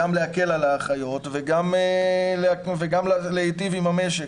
גם להקל על האחיות וגם להיטיב עם המשק.